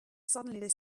suddenly